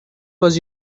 was